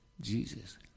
Jesus